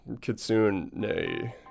Kitsune